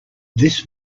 this